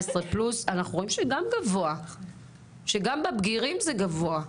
- אנחנו רואים שגם בבגירים זה גבוה.